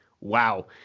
wow